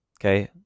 Okay